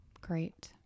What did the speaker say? Great